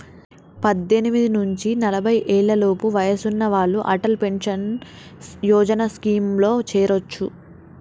పద్దెనిమిది నుంచి నలభై ఏళ్లలోపు వయసున్న వాళ్ళు అటల్ పెన్షన్ యోజన స్కీమ్లో చేరొచ్చు